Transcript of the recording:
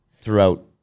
throughout